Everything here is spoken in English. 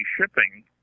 shipping